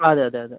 അതെ അതെ അതെ